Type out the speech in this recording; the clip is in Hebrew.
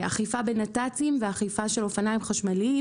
אכיפה בנת"צים ואכיפה של אופניים חשמליים